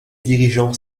dirigeants